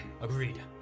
Agreed